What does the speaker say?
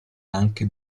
anche